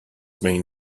main